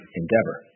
endeavor